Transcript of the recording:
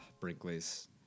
Brinkley's